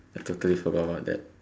I totally forgot about that